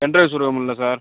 pendrive சொருக முடியல sir